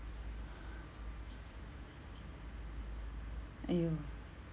!aiyo!